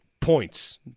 points